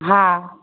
हँ